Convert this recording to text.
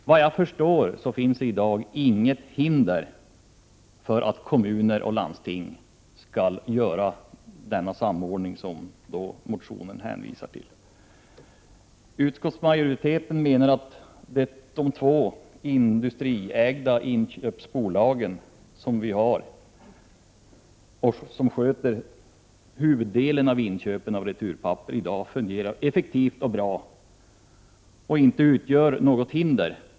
Såvitt jag förstår finns det i dag inget hinder för att kommuner och landsting har den samordning som det talas om i motionen. Utskottsmajoriteten menar att de två industriägda inköpsbolag som vi har och som sköter huvuddelen av inköpen när det gäller returpapper i dag fungerar effektivt och bra. De utgör alltså inte något hinder.